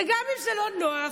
גם אם זה לא נוח,